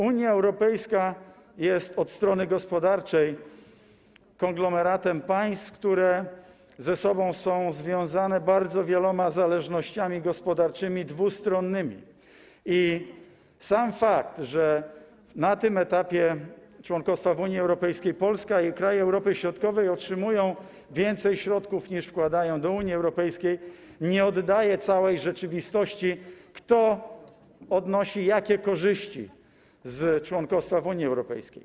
Unia Europejska jest od strony gospodarczej konglomeratem państw, które są ze sobą związane bardzo wieloma zależnościami gospodarczymi dwustronnymi, i sam fakt, że na tym etapie członkostwa w Unii Europejskiej Polska i kraje Europy Środkowej otrzymują więcej środków, niż wkładają do Unii Europejskiej, nie oddaje całej rzeczywistości, tego, kto odnosi jakie korzyści z członkostwa w Unii Europejskiej.